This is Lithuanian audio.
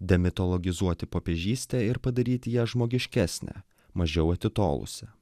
demitologizuoti popiežystę ir padaryti ją žmogiškesnę mažiau atitolusią